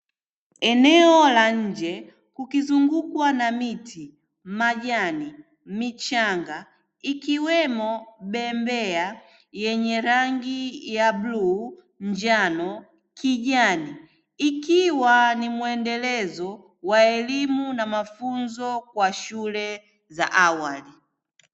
Eneo la nje kukizungukwa na miti, majani, michanga ikkiwemo bembea yenye rangi ya bluu, njano, kijani, ikiwa ni mwendelezo wa elimu na mafunzo ya shule z aawali.